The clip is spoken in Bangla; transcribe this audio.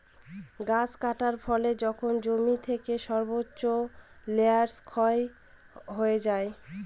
গাছ কাটার ফলে যখন জমি থেকে সর্বোচ্চ লেয়ার ক্ষয় হয়ে যায়